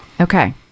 okay